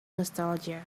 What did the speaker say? nostalgia